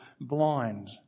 blind